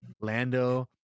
lando